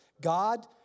God